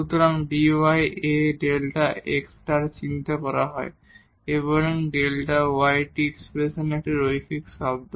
সুতরাং dy এই A Δ x দ্বারা চিহ্নিত করা হয় এই Δ y টি এক্সপ্রেশনটির একটি রৈখিক শব্দ